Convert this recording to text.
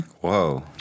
Whoa